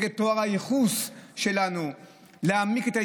נגד טוהר הייחוס שלנו,